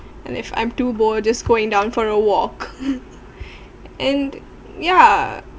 and if I'm too bored just going down for a walk and ya